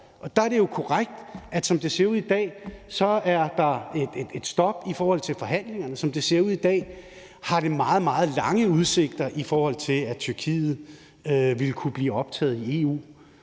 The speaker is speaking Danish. der er det jo korrekt, at som det ser ud i dag, er der et stop i forhandlingerne. Som det ser ud i dag, har det meget, meget lange udsigter, at Tyrkiet ville kunne blive optaget i EU.